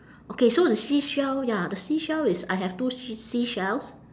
okay so the seashell ya the seashell is I have two s~ seashells